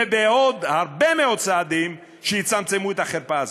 ובעוד הרבה מאוד צעדים שיצמצמו את החרפה הזאת.